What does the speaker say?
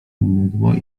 mydło